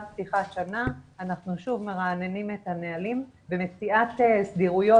פתיחת השנה אנחנו שוב מרעננים את הנהלים במציאת סדירויות,